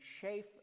chafe